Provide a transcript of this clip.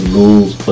rules